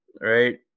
right